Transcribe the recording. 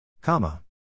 Comma